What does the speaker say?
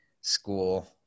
school